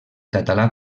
català